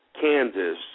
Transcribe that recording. Kansas